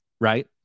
right